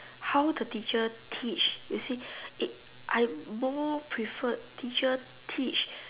how the teacher teach you see it I more prefer teacher teach